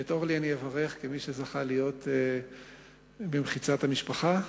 את אורלי אני אברך כמי שזכה להיות במחיצת המשפחה,